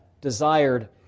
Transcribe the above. desired